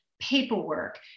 paperwork